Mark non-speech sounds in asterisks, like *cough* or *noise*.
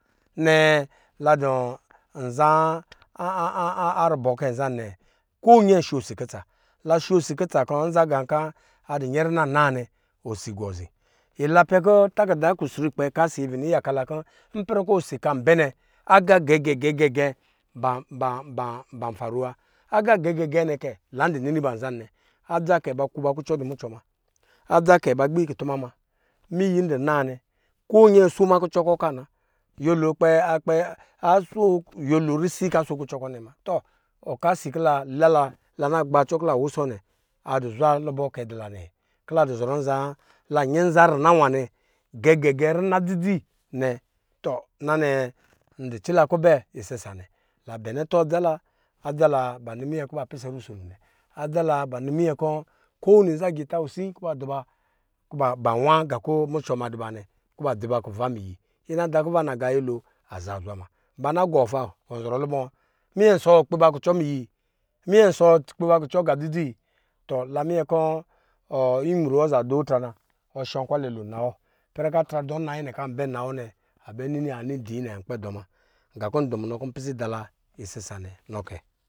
Nɛɛ la dɔ nzaa *hesitation* rubɔ kɛ nzanɛ, konyɛ sho si kutsa la sho si kutsa kɔ nza gankɔ a dɔ nyɛrina naa nɛ osi kɔ zi, lapɛ kɔ taga da kusrukpɛ ka si a bini yaka kɔ ipɛra kɔ osi kan bɛ nɛ aga gɛ gɛ gɛ nɛ kɛ la dɔ nini ba nzanɛ nɛ adza kɛ ba kuba kucɔ dɔ ba mucɔ muna adza kɛ ba gbii kutuma ma, miyi dɔ naa ni konyɛ sho makucɔ kɔ kana nyɛlo akpɛ *hesitation* so nyɛlo risi kɔ aso kucɔ kɔ nɛ mana tɔ ɔka si kɔ la na la kɔ la na gbakucɔ kɔ la dɔ wusɔ nɛ, adɔzwa lubɔ kɛ dɔ la nɛ kɔ la dɔ zɔrɔ nza la dɔ nyɛ nza rina nwa nɛ nɛ gɛ gɛ gɛ rina dzi dzi tɔ na nɛ ndɔ ci la kubisisa nwanɛ la bɛnɛ atɔ adza la adza la ba nɔ minyɛ kɔ ba pɛsɛ rusono nɛ, adza laba nɔ minyɛ kɔ ko wini nza agita wisi kɔ ba duba ba nwa gan kɔ mucɔ ma duba nɛ kɔ ba dzi ba kuva miyi, ina da kuva naga nyɛlo aza zwa muna ba na gɔ fa anɔ lubɔ, minyɛ nsɔ ba kpi ba kucɔ miyi? Minyɛ nsɔ kpiba kucɔ aga dzi dzi tɔ la minyɛ kɔ imru wɔ za dɔ atra na la shɔ nkwalɛ lo nnawɔ ipɛrɛ kɔ atra andɔ nna yɛnɛ kɔ anbɛ nnawɔ nɛ anbɛ nini adii nɛ an kpɛ dɔ muna nga kɔ npisɛ idala isisa nwanɛ nɔ kɛ